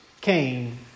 Cain